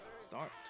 Start